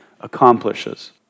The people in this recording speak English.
accomplishes